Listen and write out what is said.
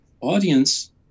audience